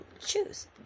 choose